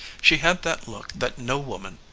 she had that look that no woman,